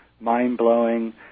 mind-blowing